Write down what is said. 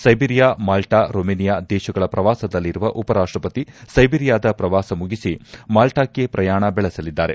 Serbia Malta Romania ದೇಶಗಳ ಪ್ರವಾಸದಲ್ಲಿರುವ ಉಪರಾಷ್ಪಪತಿ ಸ್ಲೆಬೀರಿಯಾದ ಪ್ರವಾಸ ಮುಗಿಸಿ ಮಾಲ್ಲಾಕ್ಷೆ ಪ್ರಯಾಣ ಬೆಳೆಸಲಿದ್ದಾರೆ